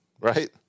right